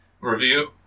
review